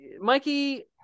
Mikey